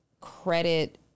credit